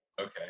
Okay